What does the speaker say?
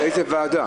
לאיזה ועדה?